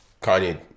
Kanye